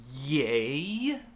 yay